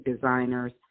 designers